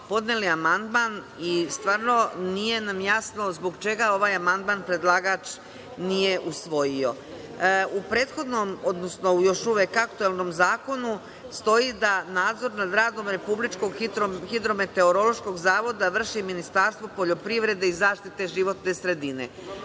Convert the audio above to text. podneli amandman i stvarno nam nije jasno zbog čega ovaj amandman predlagač nije usvojio?U prethodnom, odnosno u još uvek aktuelnom Zakonu stoji da nadzor nad radom Republičkog hidrometeorološkog zavoda vrši Ministarstvo poljoprivrede i zaštite životne sredine.